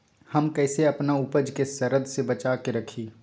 हम कईसे अपना उपज के सरद से बचा के रखी?